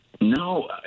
No